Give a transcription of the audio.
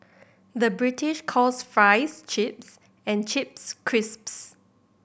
the British calls fries chips and chips crisps